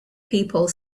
people